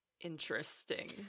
interesting